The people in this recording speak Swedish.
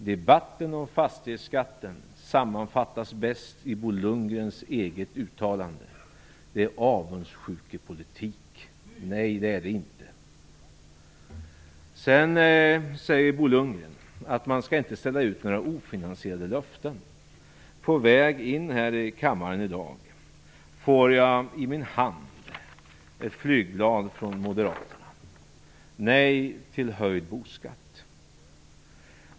Debatten om fastighetsskatten sammanfattas bäst i Bo Lundgrens eget uttalande om att det är avundsjukepolitik. Nej, det är det inte. Sedan säger Bo Lundgren att man inte skall ställa ut några ofinansierade löften. På väg in i kammaren i dag får jag i min hand ett flygblad från Moderaterna: Nej till höjd boskatt.